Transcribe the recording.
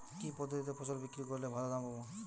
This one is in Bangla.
কি পদ্ধতিতে ফসল বিক্রি করলে ভালো দাম পাব?